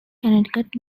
connecticut